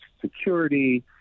security